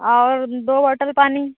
और दो बोटल पानी